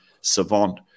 savant